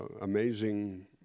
amazing